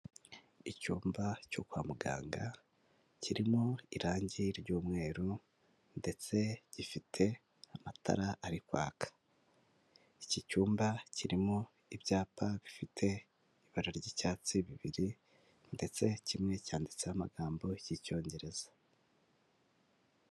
Icyumba cyo kwa muganga, kirimo irangi ry'umweru ndetse gifite amatara ari kwaka, iki cyumba kirimo ibyapa bifite ibara ry'icyatsi bibiri ndetse kimwe cyanditseho amagambo y'icyongereza.